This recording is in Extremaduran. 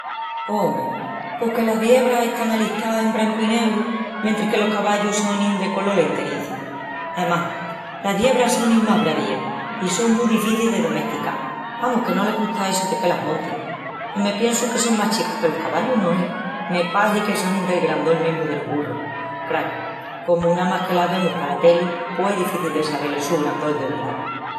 Ome, pos que las ciebras están alistás en brancu i negru, mentris que los cavallus sonin de colol enteriza. Amás, las ciebras sonin más bravías i son mu dificis de domesticar, amus, que no les gusta essu de que las montin. I me piensu que son más chicas que los cavallus, no es? Me pahi que sonin del grandol mesmu delos burrus. Craru, comu namás que las vemus pala teli pos es difici de sabel el su grandol de verdá.